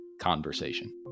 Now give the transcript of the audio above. conversation